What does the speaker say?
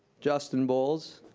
justin boals.